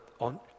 on